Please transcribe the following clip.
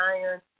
Iron